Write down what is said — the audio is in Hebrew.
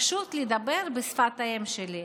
פשוט לדבר בשפת האם שלי,